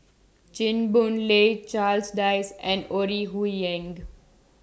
Chew Boon Lay Charles Dyce and Ore Huiying